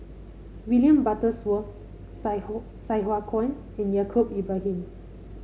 William Butterworth Sai Sai Hua Kuan and Yaacob Ibrahim